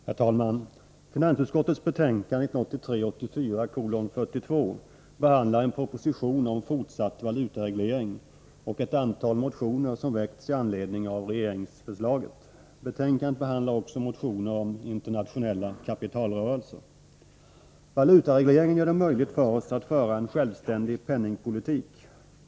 Herr talman! Finansutskottets betänkande 1983/84:42 behandlar en proposition om fortsatt valutareglering och ett antal motioner som väckts med anledning av regeringsförslaget. Betänkandet behandlar också motioner om internationella kapitalrörelser. 23 Valutaregleringen gör det möjligt för oss att föra en självständig penningpolitik.